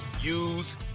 use